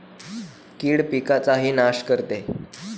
कीड पिकाचाही नाश करते